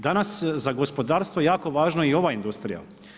Danas za gospodarstvo je jako važna i ova industrija.